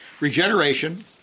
Regeneration